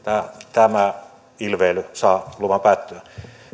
tämä ilveily saa luvan päättyä